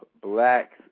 blacks